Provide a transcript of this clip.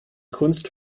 kunst